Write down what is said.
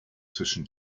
zwischen